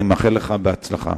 אני מאחל לך הצלחה.